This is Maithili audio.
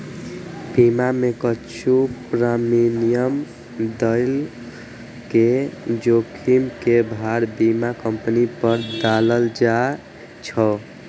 बीमा मे किछु प्रीमियम दए के जोखिम के भार बीमा कंपनी पर डालल जाए छै